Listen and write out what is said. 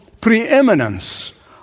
preeminence